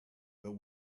but